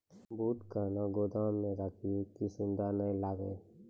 बूट कहना गोदाम मे रखिए की सुंडा नए लागे?